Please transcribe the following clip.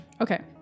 Okay